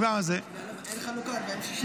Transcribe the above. גם ככה זה --- אין חלוקה 40% 60%?